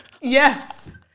Yes